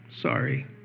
Sorry